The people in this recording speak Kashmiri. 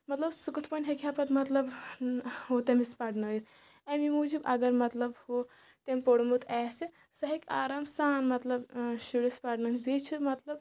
مطلب سُہ کٕتھ کٔنۍ ہیٚکہِ ہا مطلب تٔمِس پَرنٲیِتھ اَمی موٗجوٗب اگر مطلب ہُہ تٔمۍ پوٚرمُت آسہِ سۄ ہیٚکہِ آرام سان مطلب شُرِس پَرنٲیِتھ بیٚیہِ چھِ مطلب